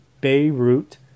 beirut